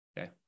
Okay